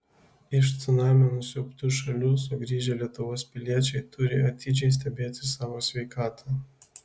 iš cunamio nusiaubtų šalių sugrįžę lietuvos piliečiai turi atidžiai stebėti savo sveikatą